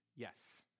Yes